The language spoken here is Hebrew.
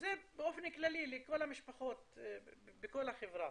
וזה באופן כללי לכל המשפחות בכל החברה,